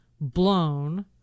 blown